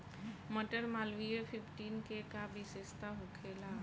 मटर मालवीय फिफ्टीन के का विशेषता होखेला?